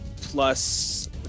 Plus